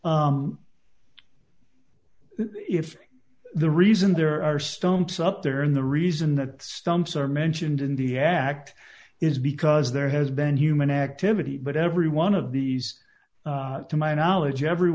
if the reason there are stumps up there in the reason that stumps are mentioned in the act is because there has been human activity but every one of these to my knowledge every